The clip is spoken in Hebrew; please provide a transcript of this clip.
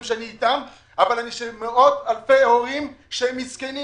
שאני אתם אבל גם של מאות אלפי הורים מסכנים